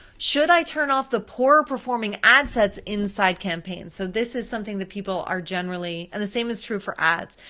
should i turn off the poorer performing ad sets inside campaigns? so this is something that people are generally, and the same is true for ads,